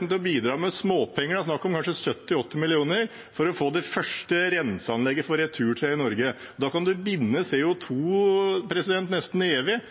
til å bidra, med småpenger, det er snakk om kanskje 70–80 mill. kr, for å få det første renseanlegget for returtre i Norge. Da kan en binde CO 2 nesten evig.